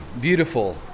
beautiful